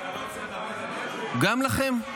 רגע, אתה לא צריך --- גם לכם.